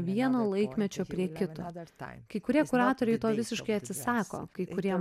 vieno laikmečio prie kito kai kurie kuratoriai to visiškai atsisako kai kurie